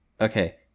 okay